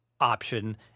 option